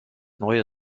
neue